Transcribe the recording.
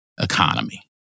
economy